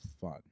fun